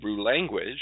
language